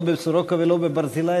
לא בסורוקה ולא בברזילי,